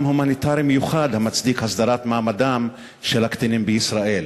הומניטרי מיוחד המצדיק הסדרת מעמדם של הקטינים בישראל".